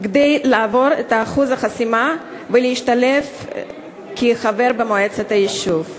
כדי לעבור את אחוז החסימה ולהשתלב כחבר במועצת היישוב.